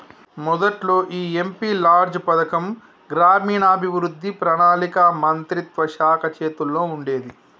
మొదట్లో ఈ MP LADS పథకం గ్రామీణాభివృద్ధి పణాళిక మంత్రిత్వ శాఖ చేతుల్లో ఉండేది